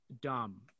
dumb